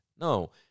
No